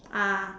ah